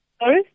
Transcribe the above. Sorry